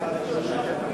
התש"ע 2009,